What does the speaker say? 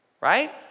right